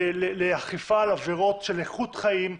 לאכיפה על עבירות של איכות חיים,